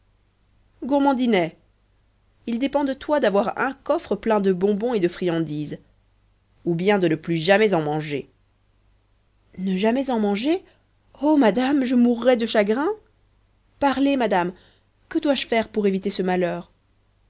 gourmandinet il dépend de toi d'avoir un coffre plein de bonbons et de friandises ou bien de ne plus jamais en manger ne jamais en manger oh madame je mourrais de chagrin parlez madame que dois-je faire pour éviter ce malheur